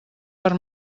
per